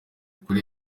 kuri